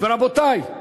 ורבותי,